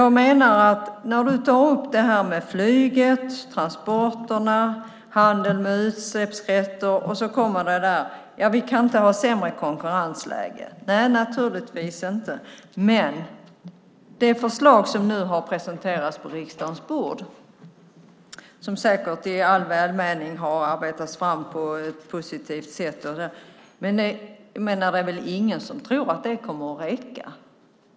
Gunnar Andrén tar upp flyget, transporterna, handeln med utsläppsrätter. Sedan säger han: Vi kan inte ha sämre konkurrensläge. Nej, naturligtvis kan vi inte ha det. Det har nu presenterats ett förslag som ligger på riksdagens bord och som säkert i all välmening har arbetats fram på ett positivt sätt. Men det är väl ingen som tror att det kommer att räcka.